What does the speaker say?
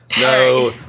No